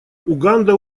уганда